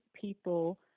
people